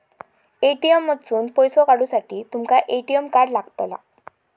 ATM मधसून पैसो काढूसाठी तुमका ए.टी.एम कार्ड लागतला